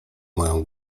moją